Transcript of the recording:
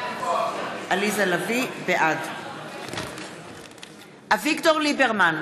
בעד אביגדור ליברמן,